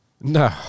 No